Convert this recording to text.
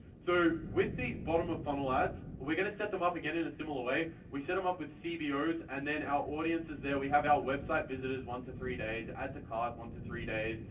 so with these bottom of funnel ads, we're gonna set them up again in a similar way. we set them up with cbos and then our audience is there. we have our website visitors one to three days. add to cart one to three days.